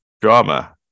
drama